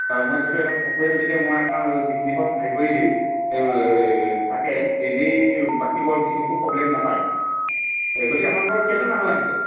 আ মই যিহেতু ইয়াতে থাকোঁৱেই গতিকে মই আপোনাক যিখিনি পাৰোঁ সহায় কৰি দিম তাকে এনেই বাকী বৰ বিশেষ একো প্ৰব্লেম নাপায় গতিকে আপোনালোকৰ কেইজন মানুহ আহিব